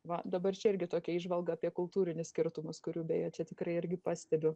va dabar čia irgi tokia įžvalga apie kultūrinius skirtumus kurių beje čia tikrai irgi pastebiu